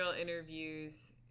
interviews